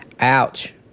Ouch